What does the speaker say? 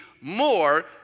more